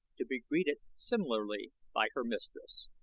to be greeted similarly by her mistress.